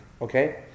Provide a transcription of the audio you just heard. okay